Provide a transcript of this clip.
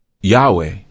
Yahweh